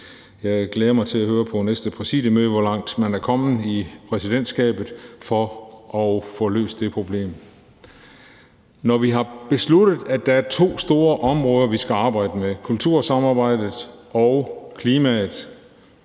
Jeg glæder mig til at høre på næste præsidiemøde, hvor langt man er kommet i præsidentskabet med at få løst det problem. Når vi har besluttet, at der er to store områder, vi skal arbejde med, kultursamarbejdet og klimaet,